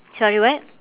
sorry what